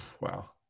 wow